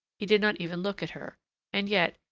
he did not even look at her and yet,